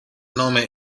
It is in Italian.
nome